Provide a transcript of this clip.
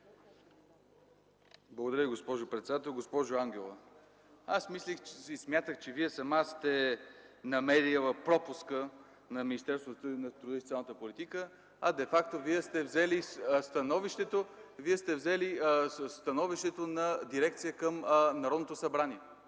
Благодаря Ви, госпожо председател. Госпожо Ангелова, аз смятах, че Вие сама сте намерила пропуска на Министерството на труда и социалната политика, а фактически сте взели становището на дирекцията към Народното събрание.